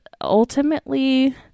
ultimately